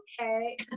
okay